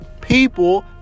People